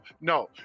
No